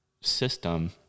system